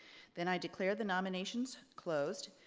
then i declare the nominations closed.